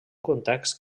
context